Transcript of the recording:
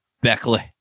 Beckley